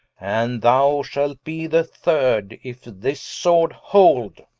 and thou shalt be the third, if this sword hold.